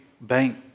Bank